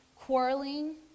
quarreling